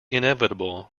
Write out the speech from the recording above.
inevitable